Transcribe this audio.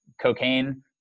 cocaine